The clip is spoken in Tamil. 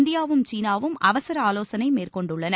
இந்தியாவும் சீனாவும் அவசர ஆலோசனை மேற்கொண்டுள்ளன